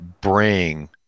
bring